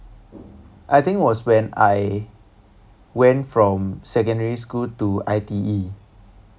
I think was when I went from secondary school to I_T_E